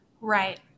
Right